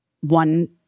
one